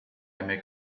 make